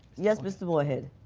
yes, mr. moore head.